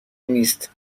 نیست